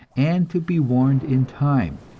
and to be warned in time.